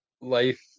life